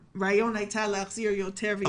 הרעיון היה להחזיר יותר ויותר אחיות לתחנות.